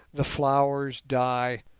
the flowers die,